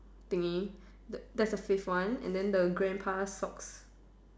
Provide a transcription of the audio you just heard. thingy that that's the fifth one and then the grandpa socks